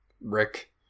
Rick